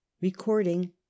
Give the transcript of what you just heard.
recording